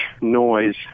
noise